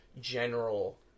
general